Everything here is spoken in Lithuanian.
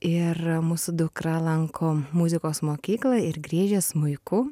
ir mūsų dukra lanko muzikos mokyklą ir griežia smuiku